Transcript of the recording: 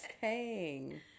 hang